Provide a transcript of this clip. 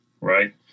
right